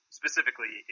specifically